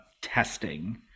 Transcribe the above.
testing